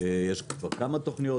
יש כבר כמה תוכניות,